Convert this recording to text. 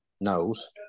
knows